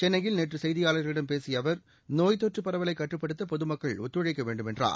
சென்னையில் நேற்று செய்தியாளா்களிடம் பேசிய அவா் நோய்த்தொற்று பரவலை கட்டுப்படுத்த பொதுமக்கள் ஒத்துழைக்க வேண்டும் என்றார்